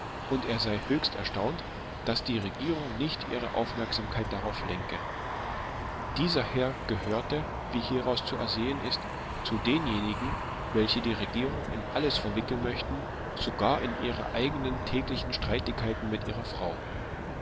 und er sei höchst er staunt daß die regierung nicht ihre aufmerksamkeit darauf lenke dieser herr gehörte wie hieraus zu ersehen zu denjenigen welche die regierung in alles verwickeln möchten sogar in ihre eigenen täglichen streitigkeiten mit ihrer frau